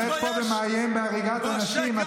אתה עומד פה ומאיים בהריגת אנשים.